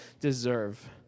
deserve